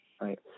right